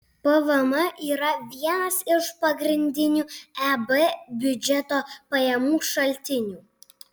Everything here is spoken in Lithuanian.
pvm yra vienas iš pagrindinių eb biudžeto pajamų šaltinių